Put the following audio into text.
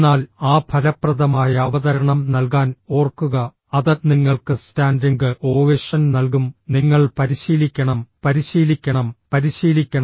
എന്നാൽ ആ ഫലപ്രദമായ അവതരണം നൽകാൻ ഓർക്കുക അത് നിങ്ങൾക്ക് സ്റ്റാൻഡിംഗ് ഓവേഷൻ നൽകും നിങ്ങൾ പരിശീലിക്കണം പരിശീലിക്കണം പരിശീലിക്കണം